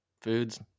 foods